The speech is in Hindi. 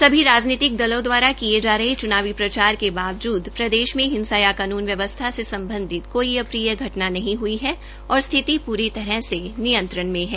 सभी राजनीतिक दलों दवारा किए जा रहे च्नावी प्रचार के बावजूद प्रदेश में हिंसा या कानून व्यवस्था से संबंधित कोई अप्रिय घटना नहीं हुई है और स्थिति पूरी तरह से नियंत्रण में है